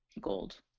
gold